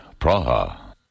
Praha